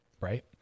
right